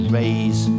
raise